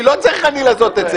לא ראיתי שום דבר.